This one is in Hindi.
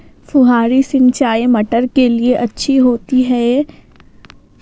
फुहारी सिंचाई मटर के लिए अच्छी होती है?